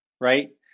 right